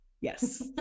yes